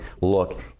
look